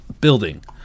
building